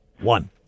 one